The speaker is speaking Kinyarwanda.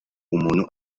umuntu